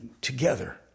together